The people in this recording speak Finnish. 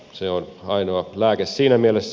se on ainoa lääke siinä mielessä